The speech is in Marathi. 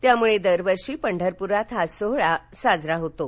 त्यामुळे दरवर्षी पंढरपुरात हा सोहळा साजरा होतो